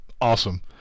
Awesome